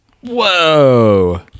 Whoa